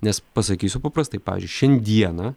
nes pasakysiu paprastai pavyzdžiui šiandieną